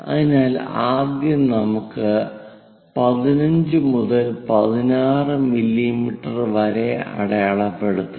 അതിനാൽ ആദ്യം നമുക്ക് 15 മുതൽ 16 മില്ലീമീറ്റർ വരെ അടയാളപ്പെടുത്താം